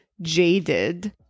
jaded